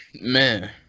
Man